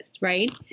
right